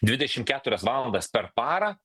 dvidešim keturias valandas per parą